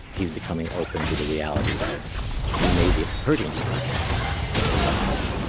he's becoming open to the reality that it's we may be hurting these people supposed to helping them.